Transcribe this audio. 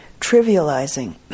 trivializing